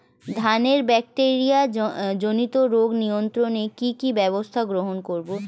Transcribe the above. ধানের ব্যাকটেরিয়া জনিত রোগ নিয়ন্ত্রণে কি কি ব্যবস্থা গ্রহণ করব?